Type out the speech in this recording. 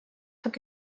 took